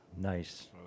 Nice